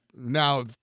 Now